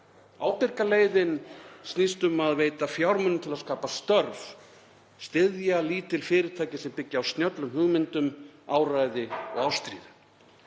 Ábyrga leiðin snýst um að veita fjármuni til að skapa störf, styðja lítil fyrirtæki sem byggja á snjöllum hugmyndum, áræði og ástríðu.